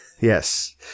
Yes